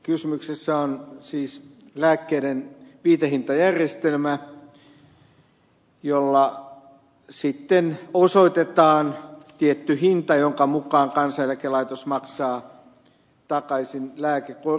kysymyksessä on siis lääkkeiden viitehintajärjestelmä jolla osoitetaan tietty hinta jonka mukaan kansaneläkelaitos maksaa takaisin lääkekorvausta